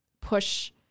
push